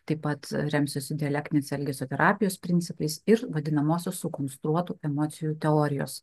taip pat remsis dialektiniais elgesio terapijos principais ir vadinamosios sukonstruotų emocijų teorijos